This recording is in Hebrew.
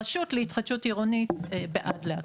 הרשות להתחדשות עירונית בעד להקל.